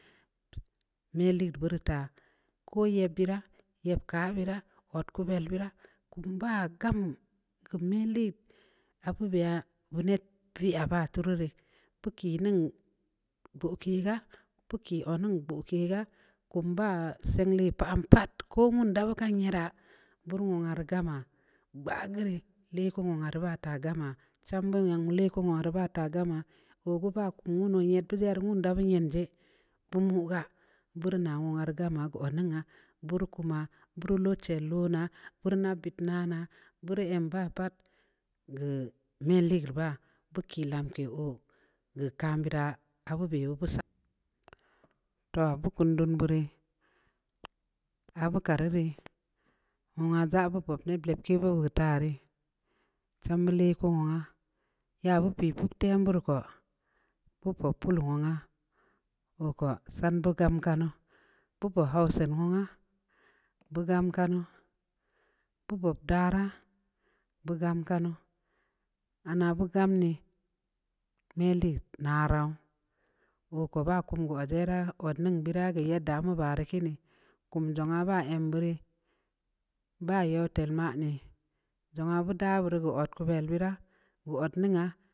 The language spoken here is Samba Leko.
Mii liit burta ko ye bəra yapka bəra ɔtt ka bəl bəra kum ba gamm melii aka biya wuniit aba tuuru rə pak ke nən ba ki gaa ki ɔnu gu kii ga kum ba'a sii le wa'a am pat ku wan dang kan yəra bur nu am gamma gba gaurə le kum ba ta arr gamma chambən lekan mu arr bata gamma kugu baa kumu nu da bə yan jii bun gugga bur na wa arr gamma nən nga bur kuma bur lu che luna bur na bə nana bur ən ba pat gue mii le gar ba kii lam ke o gue kam bəra awu bəwo ngusa toh abu kun dun bərə abu ka reree wa ndza abu bupp ne karu la re chambə leku wa ya babe buup tə burr ku wa ku puul wa nga gue ku chembə gam kanuu babuu hausa nu wa bugam kannu ba guup dara bu kam kannu anna bugam nə mii le na ramin gu ku ba kunku dəra wal nən burague yadda bu bara makinii kuma juunga ba em bəre ba yeu tel ma nii dzun abu da wul ku ɔee ku bel bəra go otniga.